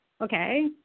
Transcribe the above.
Okay